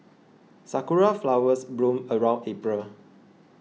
sakura flowers bloom around April